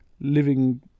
living